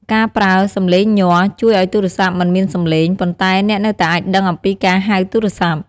ការប្រើ “សំឡេងញ័រ” ជួយឲ្យទូរស័ព្ទមិនមានសំឡេង ប៉ុន្តែអ្នកនៅតែអាចដឹងអំពីការហៅទូរស័ព្ទ។